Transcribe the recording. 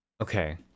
Okay